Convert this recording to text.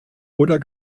oder